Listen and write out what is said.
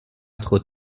trop